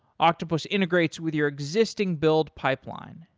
octopus integrates with your existing build pipeline,